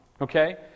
Okay